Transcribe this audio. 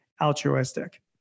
altruistic